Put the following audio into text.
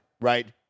right